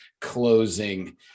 closing